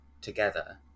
together